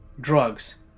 drugs